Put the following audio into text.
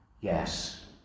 Yes